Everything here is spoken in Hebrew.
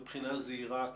בבחינה זהירה,